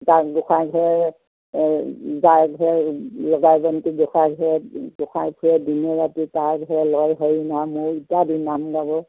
তাত গোঁসাই ঘৰত লগাই বন্তি গোঁসাই ঘৰত গোসাঁই ঘৰত দিনে ৰাতি হৰি নাম ইত্যাদি নাম গাব